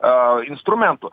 a instrumentų